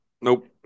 Nope